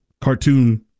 cartoon